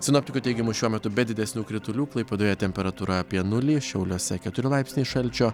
sinoptikų teigimu šiuo metu be didesnių kritulių klaipėdoje temperatūra apie nulį šiauliuose keturi laipsniai šalčio